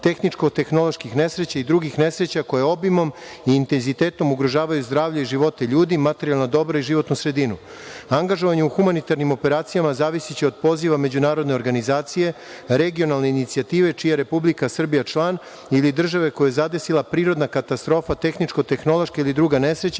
tehničko-tehnoloških nesreća i drugih nesreća, koja obimom i intenzitetom ugrožavaju zdravlje i živote ljudi, materijalna dobra i životnu sredinu. Angažovanje u humanitarnim operacijama zavisiće od poziva međunarodne organizacije, regionalne inicijative čiji je Republika Srbija član ili države koju je zadesila prirodna katastrofa, tehničko-tehnološka ili druga nesreća,